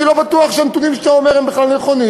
אני לא בטוח שהנתונים שאתה אומר הם בכלל נכונים.